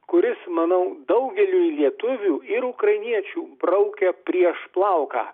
kuris manau daugeliui lietuvių ir ukrainiečių braukia prieš plauką